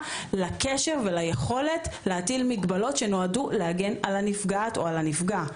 ולקשר וליכולת להטיל מגבלות שנועדו להגן על הנפגעת או על הנפגע.